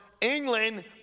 England